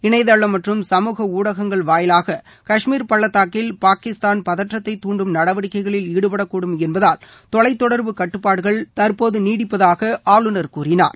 இணையதளம் மற்றும் சமூக ஊடகங்கள் வாயிலாக கஷ்மீர் பள்ளத்தாக்கில் பாகிஸ்தான் பதற்றத்தை தாண்டும் நடவடிக்கைகளில் ஈடுபடக்கூடும் என்பதால் தொலைத்தொடர்பு கட்டுப்பாடுகள் தற்போது நீடிப்பதாக ஆளுநர் கூறினார்